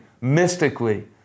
mystically